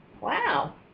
Wow